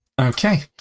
Okay